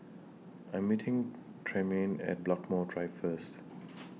I Am meeting Tremaine At Blackmore Drive First